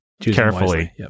carefully